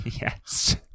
Yes